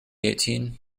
eighteen